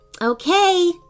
Okay